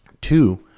Two